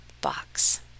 Box